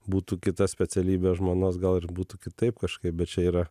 būtų kita specialybė žmonos gal ir būtų kitaip kažkaip bet čia yra